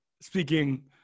speaking